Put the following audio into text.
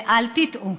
ואל תטעו: